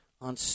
on